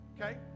okay